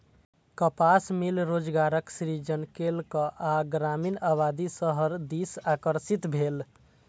कपास मिल रोजगारक सृजन केलक आ ग्रामीण आबादी शहर दिस आकर्षित भेल